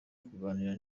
kuganira